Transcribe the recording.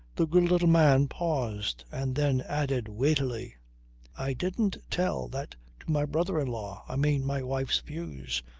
the good little man paused and then added weightily i didn't tell that to my brother-in-law i mean, my wife's views.